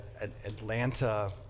Atlanta